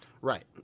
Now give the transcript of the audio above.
Right